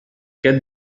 get